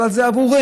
אבל זה עבורנו.